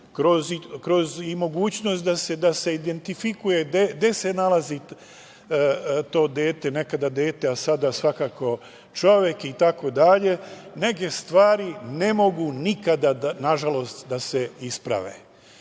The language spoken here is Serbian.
i mogućnost da se identifikuje gde se nalazi to dete, nekada dete, a sada svakako čovek, itd. neke stvari ne mogu nikada, nažalost, da se isprave.